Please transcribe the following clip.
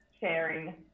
sharing